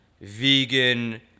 vegan